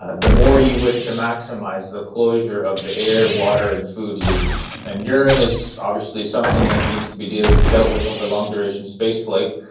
ah the more you wish to maximise the closure of the air, water and food loops, and urine is obviously something that needs to be dealt with over long-duration space flight.